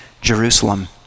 Jerusalem